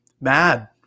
Mad